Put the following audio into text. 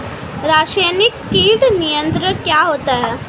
रसायनिक कीट नियंत्रण क्या होता है?